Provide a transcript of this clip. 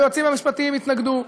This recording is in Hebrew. היועצים המשפטיים התנגדו,